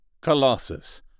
colossus